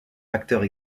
acteurs